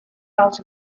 out